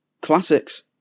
Classics